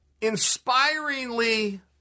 inspiringly